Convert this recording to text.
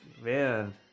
Man